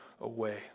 away